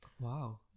wow